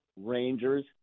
rangers